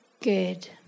good